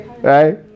Right